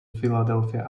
philadelphia